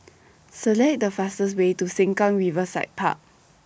Select The fastest Way to Sengkang Riverside Park